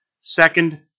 second